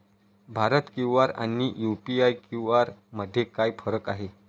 Bharat QR आणि UPI QR मध्ये काय फरक आहे?